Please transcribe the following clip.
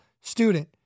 student